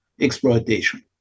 exploitation